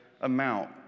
amount